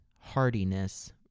hardiness